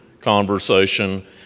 conversation